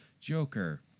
Joker